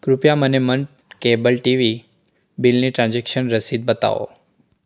કૃપયા મને month cable TV બિલની ટ્રાન્ઝેક્શન રસીદ બતાવો